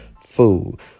food